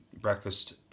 breakfast